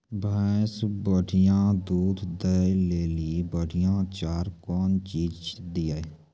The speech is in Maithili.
भैंस बढ़िया दूध दऽ ले ली बढ़िया चार कौन चीज दिए?